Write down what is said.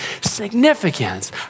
significance